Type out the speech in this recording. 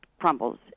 crumbles